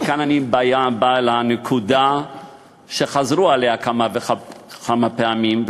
וכאן אני בא אל הנקודה שחזרו עליה כמה וכמה פעמים,